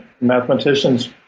Mathematicians